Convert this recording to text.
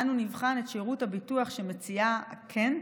אנו נבחן את שירות הביטוח שמציעה קנט,